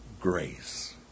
grace